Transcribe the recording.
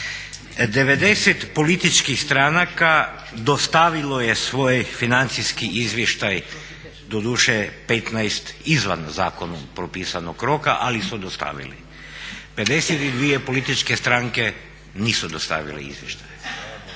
90 političkih stranka dostavilo je svoj financijski izvještaj, doduše 15 izvan zakonom propisanog roka ali su dostavili, 52 političke stranke nisu dostavile izvještaje.